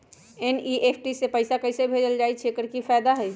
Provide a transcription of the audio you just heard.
NEFT से पैसा कैसे भेजल जाइछइ? एकर की फायदा हई?